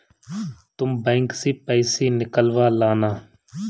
तुम बैंक से पैसे निकलवा लाना